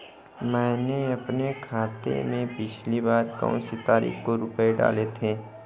मैंने अपने खाते में पिछली बार कौनसी तारीख को रुपये डाले थे?